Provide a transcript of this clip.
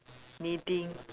kneading